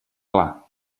clar